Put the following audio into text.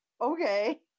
Okay